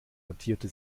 notierte